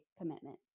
commitment